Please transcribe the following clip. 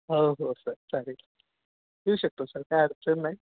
हो हो सर चालेल येऊ शकतो सर काय अडचण नाही